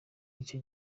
ico